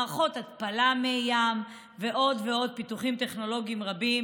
מערכות התפלת מי ים ועוד ועוד פיתוחים טכנולוגיים רבים,